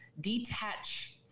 detach